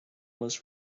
was